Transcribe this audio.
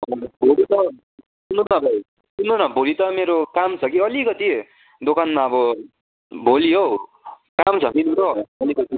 हजुर भोलि त सुन्नुहोस् न भाइ सुन्नु न भोलि त मेरो काम छ कि अलिकति दोकानमा अब भोलि हौ काम छ कि मेरो अलिकति